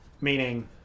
meaning